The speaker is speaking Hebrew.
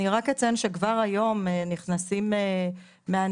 אני רק אציין שכבר היום נכנסים מהנדסים